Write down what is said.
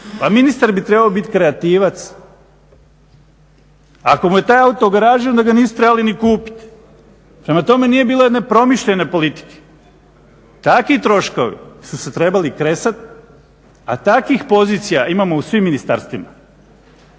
Pa ministar bi trebao biti kreativac. Ako mu je taj auto u garaži onda ga nisu trebali ni kupiti. Prema tome, nije bilo jedne promišljene politike. Takvi troškovi su se trebali kresati, a takvih pozicija imamo u svim ministarstvima.